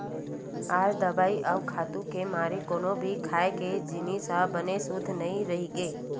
आज दवई अउ खातू के मारे कोनो भी खाए के जिनिस ह बने सुद्ध नइ रहि गे